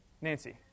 Nancy